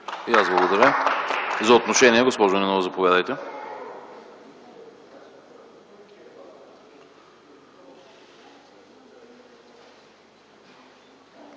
И аз благодаря. За отношение – госпожо Нинова, заповядайте.